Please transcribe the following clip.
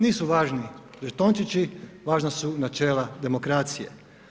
Nisu važni žetončići, važna su načela demokracije.